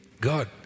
God